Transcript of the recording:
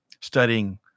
studying